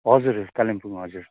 हजुर कालिम्पोङ हजुर